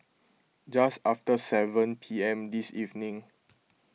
just after seven P M this evening